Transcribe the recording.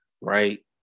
right